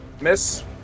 Miss